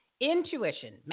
intuition